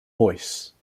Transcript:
boyce